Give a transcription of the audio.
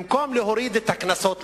במקום להוריד את הקנסות לאזרחים,